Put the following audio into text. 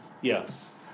yes